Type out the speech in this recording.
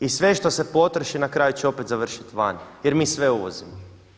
I sve se potroši na kraju će opet završiti vani jer mi sve uvozimo.